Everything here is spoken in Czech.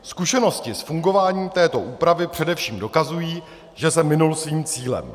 Zkušenosti s fungováním této úpravy především ukazují, že se minul svým cílem.